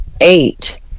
eight